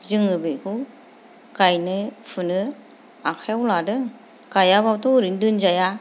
जोङो बेखौ गायनो फुनो आखाइयाव लादों गायाब्लाबोथ' ओरैनो दोनजाया